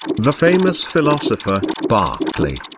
the famous philosopher, berkeley,